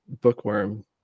bookworm